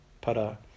Para